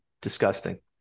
disgusting